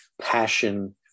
passion